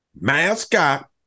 Mascot